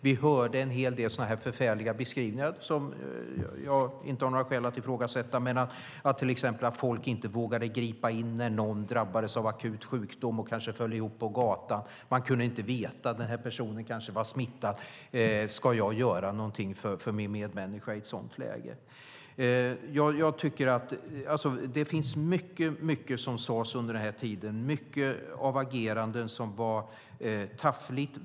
Vi hörde en hel del förfärliga beskrivningar som jag inte har några skäl att ifrågasätta, till exempel att folk inte vågade gripa in när någon drabbades av akut sjukdom och föll ihop gatan. Man kunde inte veta om den här personen var smittad. Skulle man göra någonting för en medmänniska i ett sådant läge? Det sades mycket under den här tiden, och många ageranden var taffliga.